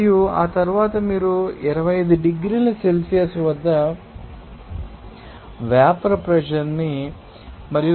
మరియు ఆ తరువాత మీరు 25 డిగ్రీల సెల్సియస్ వద్ద వేపర్ ప్రెషర్ న్ని మరియు 0